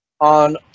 on